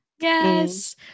yes